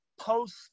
post